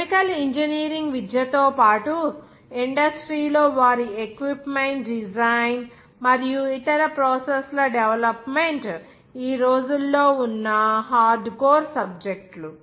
chemical engineering విద్యతో పాటు industry లో వారి ఎక్విప్మెంట్ డిజైన్ మరియు ఇతర ప్రాసెస్ ల డెవలప్మెంట్ ఈ రోజుల్లో ఉన్న హార్డ్ కోర్ సబ్జెక్టులు